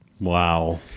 Wow